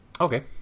Okay